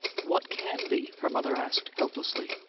what can be? her mother asked, helplessly.